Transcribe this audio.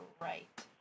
right